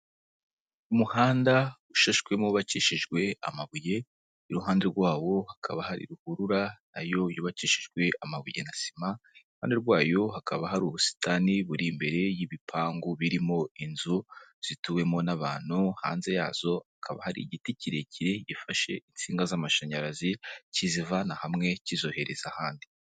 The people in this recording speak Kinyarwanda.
Umuhanda ushashwemo wubakishijwe amabuye iruhande rwawo hakaba hari ruhurura nayo yubakishijwe amabuye na sima, iruhande rwayo hakaba hari ubusitani buri imbere y'ibipangu birimo inzu zituwemo n'abantu, hanze yazo hakaba hari igiti kirekire gifashe insinga z'amashanyarazi, kizivana hamwe kizohereza ahandi.